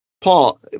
Paul